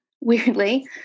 weirdly